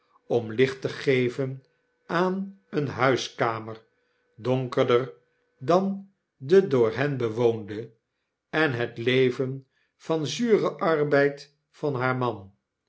ora licht te geven aan eene huiskamer donkerder dan de door hen bewoonde en het leven van zuren arbeid van haar man